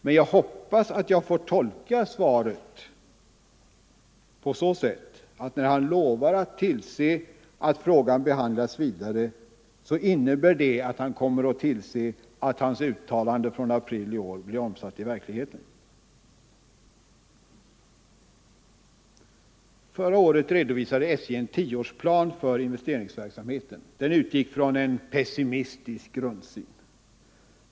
Men jag hoppas att jag får tolka svaret på det sättet att när han lovar tillse att frågan behandlas vidare, så innebär det att han kommer att tillse att hans uttalande från april i år blir omsatt i verkligheten. Förra året redovisade SJ en tioårsplan för investeringsverksamheten. Den utgick från en pessimistisk grundsyn.